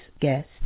guest